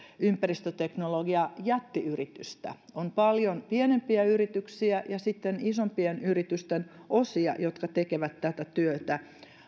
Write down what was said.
ympäristöteknologian jättiyritystä on paljon pienempiä yrityksiä ja sitten isompien yritysten osia jotka tekevät tätä työtä